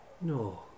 No